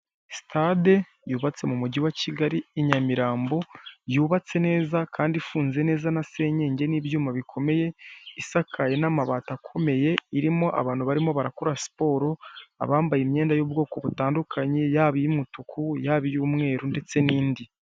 Sitade yubatse mu mugi wa Kigali i Nyamirambo, yubatse neza kandi ifunze neza na senyenge n'ibyuma bikomeye, isakaye n'amabati akomeye. Irimo abantu barimo barakora siporo, abambaye imyenda y'ubwoko butandukanye: yaba iy'umutuku, yaba iy'umweru ndetse n'indi.